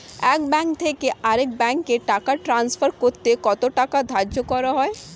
এক ব্যাংক থেকে আরেক ব্যাংকে টাকা টান্সফার করতে কত টাকা ধার্য করা হয়?